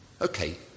okay